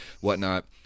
whatnot